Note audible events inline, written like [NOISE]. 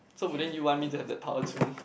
so wouldn't you want me to have that power too [BREATH]